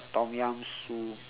tom yum soup